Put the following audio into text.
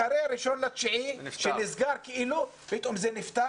אחרי ה-1.9 שנסגר כאילו, פתאום זה נפתח?